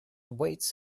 awaits